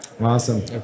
Awesome